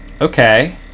okay